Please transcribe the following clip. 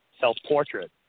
self-portrait